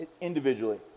individually